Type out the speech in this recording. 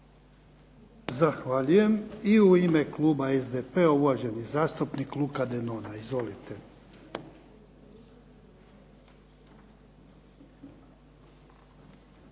Zahvaljujem. I u ime kluba SDP-a uvaženi zastupnik Luka Denona. Izvolite.